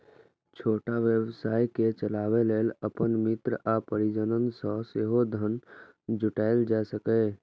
छोट व्यवसाय कें चलाबै लेल अपन मित्र आ परिजन सं सेहो धन जुटायल जा सकैए